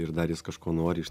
ir dar jis kažko nori iš